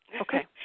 Okay